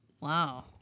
Wow